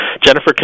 Jennifer